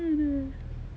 mmhmm